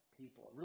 people